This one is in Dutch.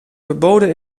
verboden